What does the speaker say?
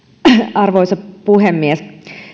arvoisa puhemies